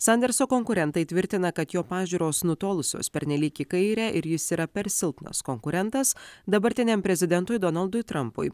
sanderso konkurentai tvirtina kad jo pažiūros nutolusios pernelyg į kairę ir jis yra per silpnas konkurentas dabartiniam prezidentui donaldui trampui